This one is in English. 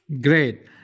great